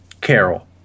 Carol